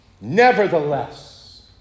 nevertheless